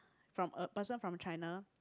from a person from China